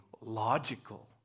logical